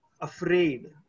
afraid